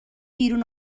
بیرون